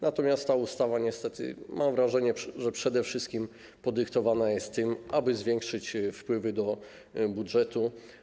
Natomiast ta ustawa niestety, mam wrażenie, przede wszystkim podyktowana jest tym, aby zwiększyć wpływy do budżetu.